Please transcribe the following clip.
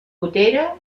gotera